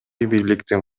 бийликтин